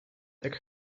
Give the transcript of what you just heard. their